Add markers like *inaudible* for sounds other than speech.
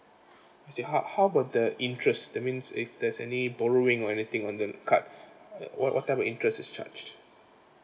I see how how about the interest that means if there's any borrowing or anything on the card *breath* uh what what type of interest is charged